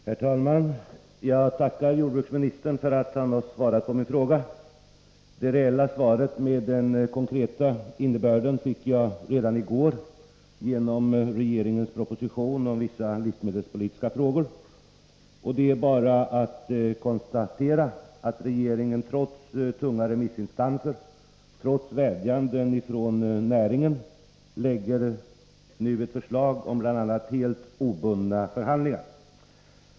Herr talman! Jag tackar jordbruksministern för att han har svarat på min fråga. Det reella svaret med den konkreta innebörden fick jag redan i går genom regeringens proposition om vissa livsmedelspolitiska frågor. Det är bara att konstatera att regeringen, trots tunga remissinstanser och trots vädjanden från näringen, nu lägger fram ett förslag om bl.a. helt obundna förhandlingar.